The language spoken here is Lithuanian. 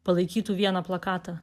palaikytų vieną plakatą